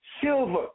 silver